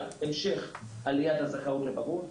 אחד, המשך עליית הזכאות לבגרות.